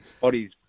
bodies